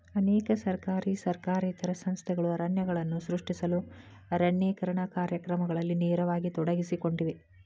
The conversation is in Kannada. ಅನೇಕ ಸರ್ಕಾರಿ ಸರ್ಕಾರೇತರ ಸಂಸ್ಥೆಗಳು ಅರಣ್ಯಗಳನ್ನು ಸೃಷ್ಟಿಸಲು ಅರಣ್ಯೇಕರಣ ಕಾರ್ಯಕ್ರಮಗಳಲ್ಲಿ ನೇರವಾಗಿ ತೊಡಗಿಸಿಕೊಂಡಿವೆ